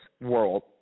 world